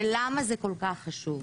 ולמה זה כל כך חשוב?